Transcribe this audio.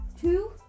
Two